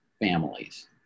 families